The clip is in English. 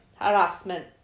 harassment